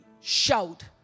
shout